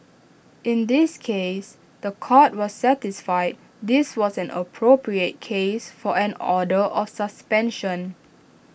in this case The Court was satisfied this was an appropriate case for an order or suspension